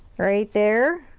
right there.